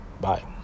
Bye